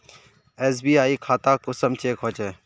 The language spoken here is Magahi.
एस.बी.आई खाता कुंसम चेक होचे?